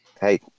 Hey